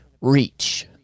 reach